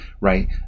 right